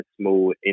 small